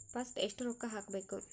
First ಎಷ್ಟು ರೊಕ್ಕ ಹಾಕಬೇಕು?